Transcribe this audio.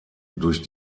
durch